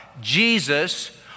Jesus